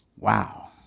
Wow